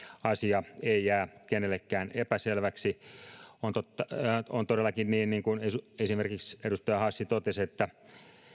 asia ei jää kenellekään epäselväksi on todellakin niin niin kuin esimerkiksi edustaja hassi totesi että